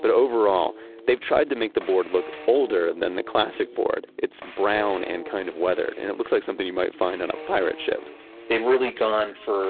but overall they've tried to make the board look older than the classic board. it's brown and kind of weathered and it looks like something you might find on a pirate ship they've really gone for